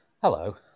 Hello